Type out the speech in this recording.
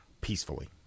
peacefully